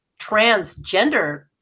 transgender